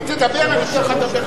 אם תדבר, אני נותן לך לדבר.